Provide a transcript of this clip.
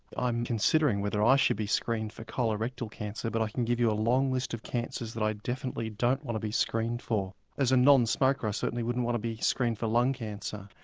i'm considering whether i ah should be screened for colorectal cancer, but i can give you a long list of cancers that i definitely don't want to be screened for. as a non-smoker i certainly wouldn't want to be screened for lung cancer.